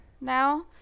now